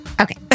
Okay